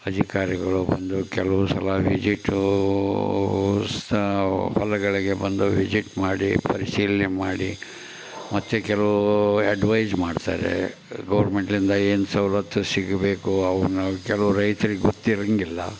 ರಾಜಕಾರ್ಣಿಗಳು ಬಂದು ಕೆಲವು ಸಲ ವಿಝಿಟೂ ಸಹ ಸ್ಥಳಗಳಿಗೆ ಬಂದು ವಿಝಿಟ್ ಮಾಡಿ ಪರಿಶೀಲನೆ ಮಾಡಿ ಮತ್ತೆ ಕೆಲವು ಅಡ್ವೈಸ್ ಮಾಡ್ತಾರೆ ಗೌರ್ಮೆಂಟ್ ಇಂದ ಏನು ಸವ್ಲತ್ತು ಸಿಗಬೇಕು ಅವನ್ನ ಕೆಲವು ರೈತ್ರಿಗೆ ಗೊತ್ತಿರೋಂಗಿಲ್ಲ